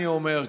אני אומר,